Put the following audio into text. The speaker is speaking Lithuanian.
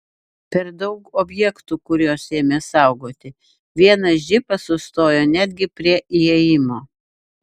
per daug objektų kuriuos ėmė saugoti vienas džipas sustojo netgi prie įėjimo